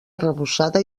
arrebossada